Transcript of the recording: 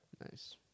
Nice